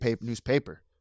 newspaper